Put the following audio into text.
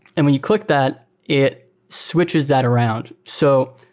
and when you click that, it switches that around. so